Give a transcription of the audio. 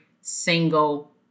single